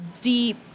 deep